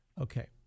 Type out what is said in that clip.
Okay